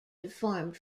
deformed